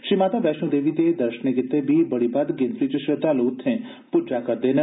श्री माता वैष्णो देवी दे दर्शनें गितै बी बड़ी बद्व गिनतरी च श्रद्वालु उत्थे पुज्जा करदे न